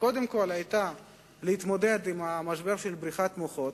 היתה להתמודד עם המשבר של בריחת מוחות.